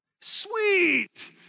Sweet